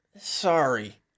Sorry